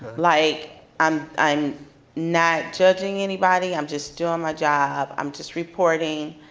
like um i'm not judging anybody. i'm just doing my job. i'm just reporting,